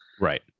Right